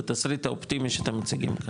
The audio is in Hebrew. בתסריט האופטימי שאתם מציגים.